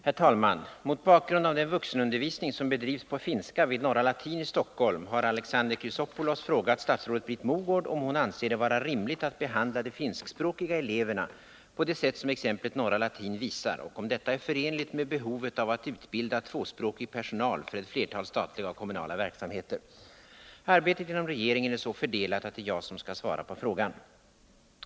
Herr talman! Mot bakgrund av den vuxenundervisning som bedrivs på finska vid Norra latin i Stockholm har Alexander Chrisopoulos frågat statsrådet Britt Mogård om hon anser det vara rimligt att behandla de finskspråkiga eleverna på det sätt som exemplet Norra latin visar och om detta är förenligt med behovet av att utbilda tvåspråkig personal för ett flertal statliga och kommunala verksamheter. Arbetet inom regeringen är så fördelat att det är jag som skall svara på frågan.